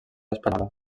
espanyola